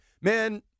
man